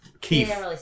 Keith